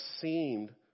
seemed